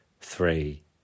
three